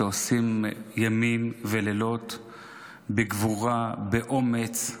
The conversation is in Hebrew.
שעושים ימים ולילות בגבורה, באומץ,